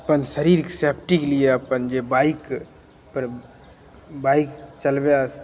अपन शरीरके सेफ्टीके लिए अपन जे बाइक पर बाइक चलबै